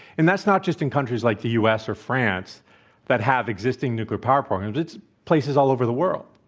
and that's not just in countries like the u. s. or france that have existing nuclear power programs. it's places all over the world.